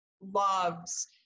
loves